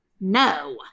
No